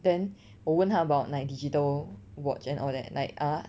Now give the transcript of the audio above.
then 我问他 about like digital watch and all that like ah